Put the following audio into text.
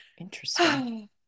Interesting